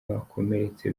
wakomeretse